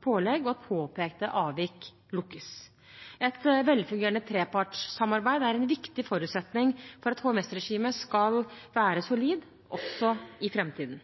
pålegg, og at påpekte avvik lukkes. Et velfungerende trepartssamarbeid er en viktig forutsetning for at HMS-regimet skal være solid også i framtiden.